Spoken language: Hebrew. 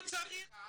סם קדוש,